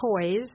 toys